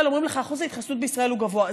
אומרים לך שאחוז ההתחסנות בישראל הוא גבוה.